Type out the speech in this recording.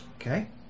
Okay